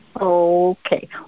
Okay